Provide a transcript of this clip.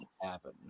happen